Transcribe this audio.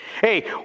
Hey